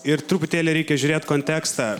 ir truputėlį reikia žiūrėt kontekstą